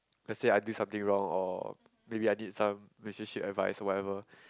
let say I did something wrong or maybe I need some relationship advice whatever